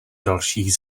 dalších